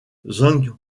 zhang